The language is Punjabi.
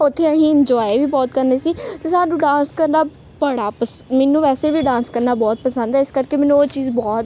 ਉੱਥੇ ਅਸੀਂ ਇੰਜੋਏ ਵੀ ਬਹੁਤ ਕਰਦੇ ਸੀ ਅਤੇ ਸਾਨੂੰ ਡਾਂਸ ਕਰਨਾ ਬੜਾ ਪਸ ਮੈਨੂੰ ਵੈਸੇ ਵੀ ਡਾਂਸ ਕਰਨਾ ਬਹੁਤ ਪਸੰਦ ਹੈ ਇਸ ਕਰਕੇ ਮੈਨੂੰ ਉਹ ਚੀਜ਼ ਬਹੁਤ